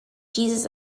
jesus